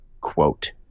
Quote